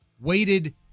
Waited